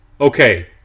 okay